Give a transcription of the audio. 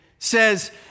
says